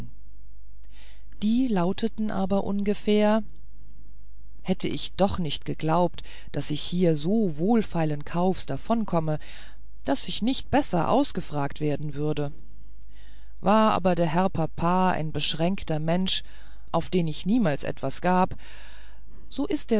die lauteten aber ungefähr hätte ich doch nicht geglaubt daß ich hier so wohlfeilen kaufs davonkomme daß ich nicht besser ausgefragt werden würde war aber der herr papa ein beschränkter mensch auf den ich niemals etwas gab so ist